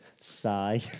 sigh